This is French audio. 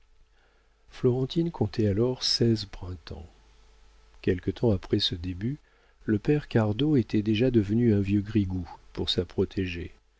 florentine comptait alors seize printemps quelque temps après ce début le père cardot était déjà devenu un vieux grigou pour sa protégée